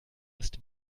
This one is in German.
ist